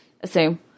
assume